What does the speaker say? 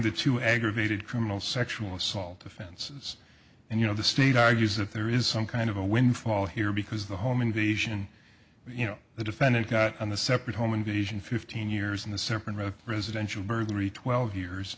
the two aggravated criminal sexual assault offenses and you know the state argues that there is some kind of a windfall here because the home invasion you know the defendant and the separate home invasion fifteen years in a separate road residential burglary twelve years